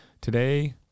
Today